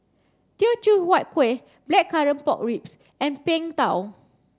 Teochew Huat Kueh blackcurrant pork ribs and Png Tao